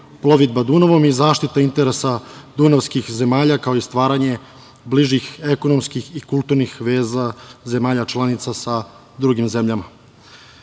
plovidba Dunavom i zaštita interesa dunavskih zemalja, kao i stvaranje bližih ekonomskih i kulturnih veza zemalja članica sa drugim zemljama. Ideja